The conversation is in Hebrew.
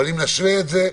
אבל אם נשווה את זה,